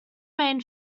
main